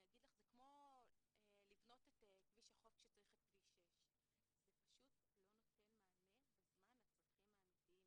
זה כמו לבנות את כביש החוף כשצריך את כביש 6. זה פשוט לא נותן מענה בזמן לצרכים האמיתיים